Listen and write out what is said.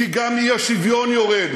כי גם האי-שוויון יורד.